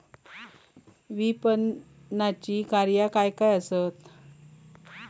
विपणनाची कार्या काय काय आसत?